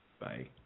Bye